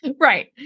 Right